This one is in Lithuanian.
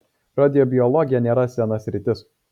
radiobiologija nėra sena sritis